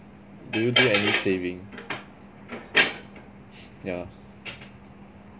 do you do any saving yeah